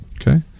okay